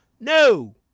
No